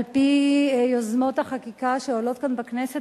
על-פי יוזמות החקיקה שעולות כאן בכנסת,